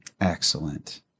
Excellent